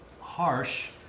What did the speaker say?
harsh